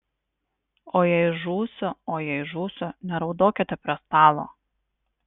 o jei žūsiu o jei žūsiu neraudokite prie stalo